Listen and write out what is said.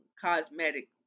cosmetic